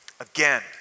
Again